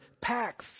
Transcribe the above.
pack